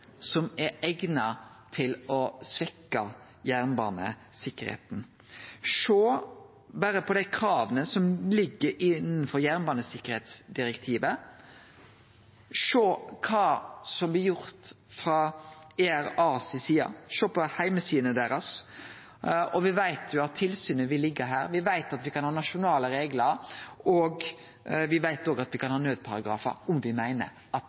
som er eigna til å svekkje jernbanesikkerheita. Sjå berre på dei krava som ligg innanfor jernbanesikkerheitsdirektivet, sjå på kva som blir gjort frå ERA si side, sjå på heimesidene deira. Og me veit at tilsynet vil liggje her, me veit at me kan ha nasjonale reglar. Me veit òg at me kan ha nødparagrafar om me meiner at